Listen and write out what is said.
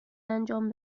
انجام